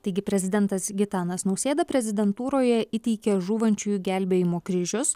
taigi prezidentas gitanas nausėda prezidentūroje įteikė žūvančiųjų gelbėjimo kryžius